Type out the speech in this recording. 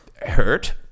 Hurt